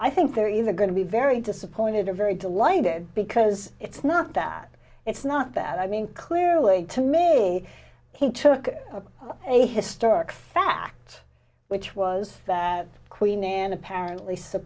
i think they're either going to be very disappointed or very delighted because it's not that it's not that i mean clearly to me he took a historic fact which was queen and apparently